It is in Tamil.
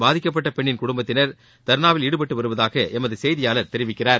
பாதிக்கப்பட்ட பெண்ணின் குடும்பத்தினர் தர்ணாவில் ஈடுபட்டு வருவதாக எமது செய்தியாளர் தெரிவிக்கிறார்